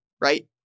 Right